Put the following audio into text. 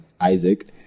Isaac